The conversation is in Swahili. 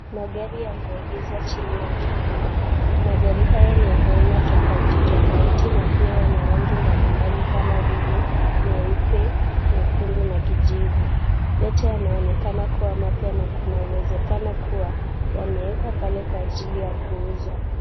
Magari yameegezwa chini ya kivuli. Magari haya ni ya aina tofauti tofauti na pia ya marangi mbalimbali kama vile nyeupe, nyekundu na kijivu. Yote yanaonekana yakiwa mapya na kuna uwezekano kuwa yamewekwa pale kwa ajili ya kuuzwa.